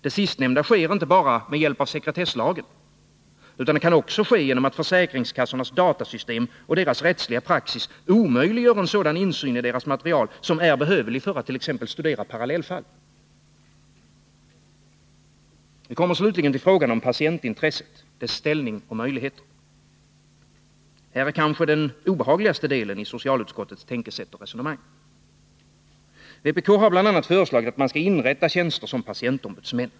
Det sistnämnda sker inte bara med hjälp av sekretesslagen, utan det kan också ske genom att försäkringskassornas datasystem och deras rättsliga praxis omöjliggör en sådan insyn i deras material som är behövlig t.ex. för att studera parallellfall. Vi kommer slutligen till frågan om patientintresset och dess ställning och möjligheter. Här är kanske den obehagligaste delen i socialutskottets tänkesätt och resonemang. Vpk har bl.a. föreslagit att man skall inrätta tjänster som patientombudsmän.